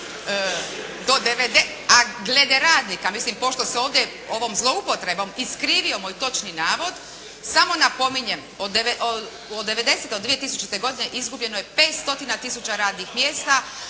A glede radnika, mislim pošto se ovdje ovom zloupotrebom iskrivio moj točni navod, samo napominjem, od 90. do 2000. godine izgubljeno je pet stotina tisuća radnih mjesta.